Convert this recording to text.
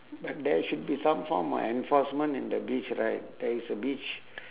but there should be some form of enforcement in the beach right there is a beach